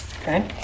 okay